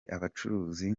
abacuruzi